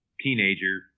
teenager